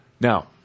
Now